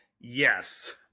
Yes